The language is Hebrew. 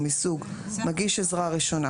הוא מסוג מגיש עזרה ראשונה,